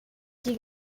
die